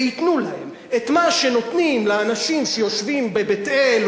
וייתנו להם את מה שנותנים לאנשים שיושבים בבית-אל,